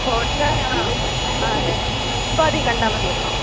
hot സ്റ്റാറാണോ അപ്പം അതു കണ്ടാൽ മതിയെന്നോ